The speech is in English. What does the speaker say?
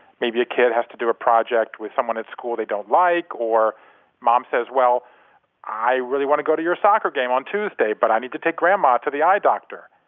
maybe a kid has to do a project with someone at school they don't like or mom says, i really want to go to your soccer game on tuesday but i need to take grandma to the eye doctor.